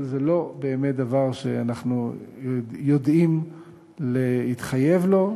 אבל זה לא באמת דבר שאנחנו יודעים להתחייב לו.